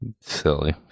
silly